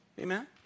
Amen